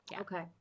okay